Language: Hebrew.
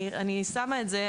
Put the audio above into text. אני שמה את זה,